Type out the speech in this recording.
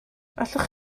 allwch